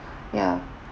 ya